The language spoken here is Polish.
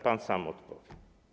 Pan sam odpowie.